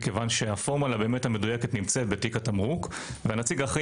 הפורמולה המדויקת נמצאת בתיק התמרוק והנציג האחראי